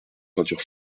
peinture